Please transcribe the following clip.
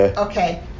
Okay